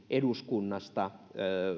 eduskunnasta